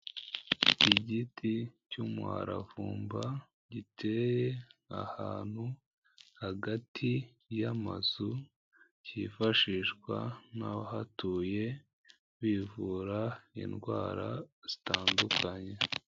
Igiti cy'umuharavumba giteye ahantu hagati y'amazu kifashishwa n'abahatuye bivura indwara zitandukanye.